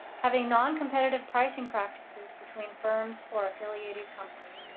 having noncompetitive pricing practices between firms or affiliated companies.